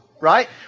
right